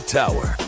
tower